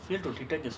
fail to detect the